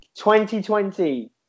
2020